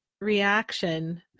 reaction